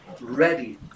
ready